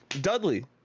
Dudley